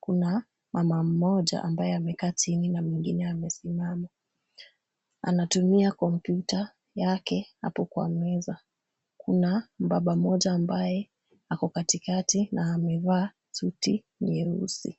Kuna mama mmoja ambaye amekaa chini na mwingine amesimama, anatumia kompyuta yake apo kwa meza. Kuna mbaba mmoja ambaye ako katikati na amevaa suti nyeusi.